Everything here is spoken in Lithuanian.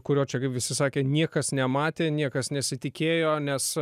kurio čia kaip visi sakė niekas nematė niekas nesitikėjo nes